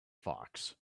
fox